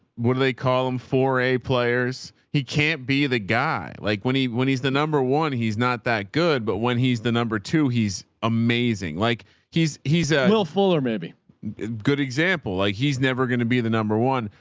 what do they call him for a players? he can't be the guy like when he, when he's the number one, he's not that good, but when he's the number two, he's amazing. like he's, he's a fuller, maybe good example. like he's never going to be the number one.